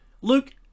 Luke